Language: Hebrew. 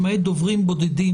למעט דוברים בודדים,